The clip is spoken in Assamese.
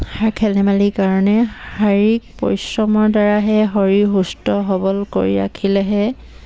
শৰীৰ খেল ধেমালিৰ কাৰণে শাৰীৰিক পৰিশ্ৰমৰ দ্বাৰাহে শৰীৰ সুস্থ সবল কৰি ৰাখিলেহে